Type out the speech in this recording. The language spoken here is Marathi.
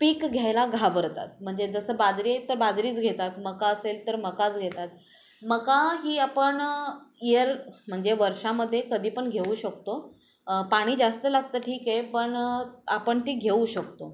पीक घ्यायला घाबरतात म्हणजे जसं बाजरी तर बाजरीच घेतात मका असेल तर मकाच घेतात मका ही आपण इयर म्हणजे वर्षामध्ये कधी पण घेऊ शकतो पाणी जास्त लागतं ठीक आहे पण आपण ती घेऊ शकतो